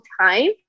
time